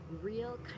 real